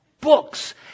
books